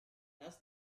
does